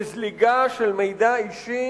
לזליגה של מידע אישי